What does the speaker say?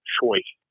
choice